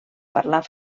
parlar